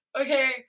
okay